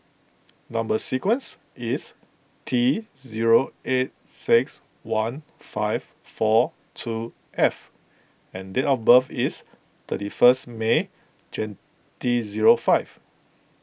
Number Sequence is T zero eight six one five four two F and date of birth is thirty first May twenty zero five